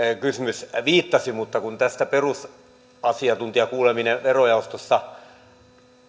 kysymys viittasi mutta kun tästä asiantuntijakuuleminen verojaostossa